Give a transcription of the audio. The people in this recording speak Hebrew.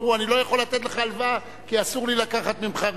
אמרו: אני לא יכול לתת לך הלוואה כי אסור לי לקחת ממך ריבית.